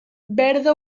verda